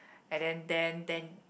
and then then then